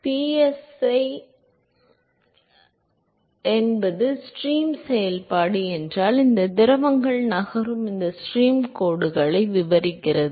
எனவே psi என்பது stream செயல்பாடு என்றால் இது திரவங்கள் நகரும் இந்த ஸ்ட்ரீம் கோடுகளை விவரிக்கிறது